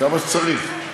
כמה שצריך.